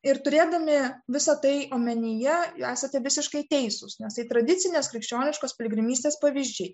ir turėdami visa tai omenyje esate visiškai teisūs nes tai tradicinės krikščioniškos piligrimystės pavyzdžiai